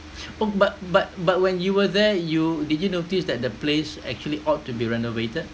oh but but but when you were there you did you notice that the place actually ought to be renovated